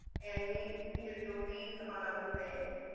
and meet individual needs among other things.